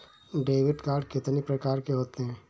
Debit card कितनी प्रकार के होते हैं?